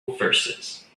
verses